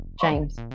James